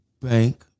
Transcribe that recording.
Bank